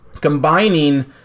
combining